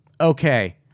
Okay